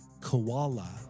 Koala